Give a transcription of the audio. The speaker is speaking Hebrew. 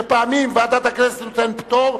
שפעמים ועדת הכנסת נותנת פטור,